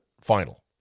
final